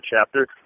chapter